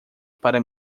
para